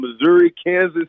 Missouri-Kansas